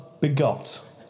begot